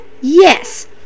yes